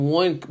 one